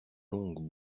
longues